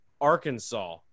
Arkansas